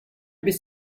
bis